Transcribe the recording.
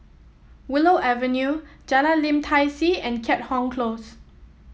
Willow Avenue Jalan Lim Tai See and Keat Hong Close